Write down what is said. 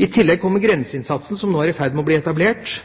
I tillegg kommer grenseinnsatsen som er i ferd med å bli etablert.